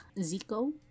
Zico